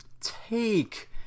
take